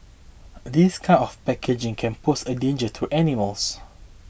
this kind of packaging can pose a danger to animals